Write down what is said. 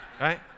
Right